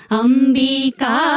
ambika